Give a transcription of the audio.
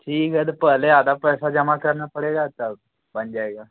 ठीक है तो पहले आधा पैसा जमा करना पड़ेगा तब बन जाएगा